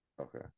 Okay